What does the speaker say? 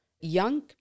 Young